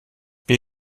wir